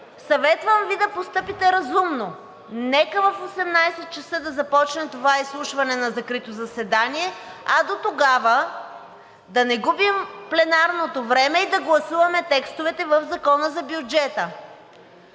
Съветвам Ви да постъпите разумно. Нека в 18,00 ч. да започне това изслушване на закрито заседание, а дотогава да не губим пленарното време и да гласуваме текстовете в Закона за бюджета.